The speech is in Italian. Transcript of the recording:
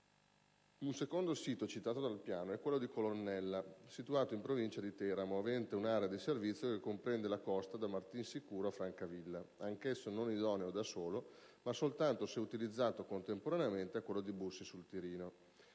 Un secondo sito citato dal piano è quello di Colonnella, situato in provincia di Teramo, avente un'area di servizio che comprende la costa da Martinsicuro a Francavilla, anch'esso non idoneo da solo, ma soltanto se utilizzato contemporaneamente a quello di Bussi sul Tirino.